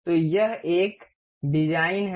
तो यह एक डिजाइन है